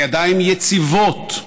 בידיים יציבות,